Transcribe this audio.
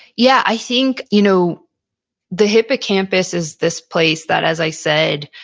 yeah. i think you know the hippocampus is this place that, as i said,